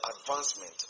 advancement